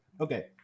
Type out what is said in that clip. Okay